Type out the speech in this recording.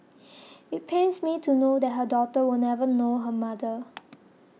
it pains me to know that her daughter will never know her mother